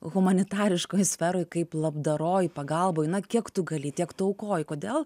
humanitariškoj sferoj kaip labdaroj pagalboj na kiek tu gali tiek tu aukoji kodėl